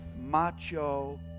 macho